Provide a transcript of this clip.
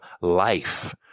life